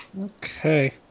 Okay